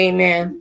Amen